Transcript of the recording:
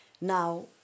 Now